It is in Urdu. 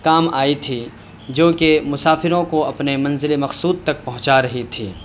کام آئی تھی جو کہ مسافروں کو اپنے منزل مقصود تک پہنچا رہی تھیں